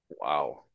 Wow